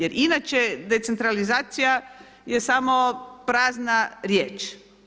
Jer inače decentralizacija je samo prazna riječ.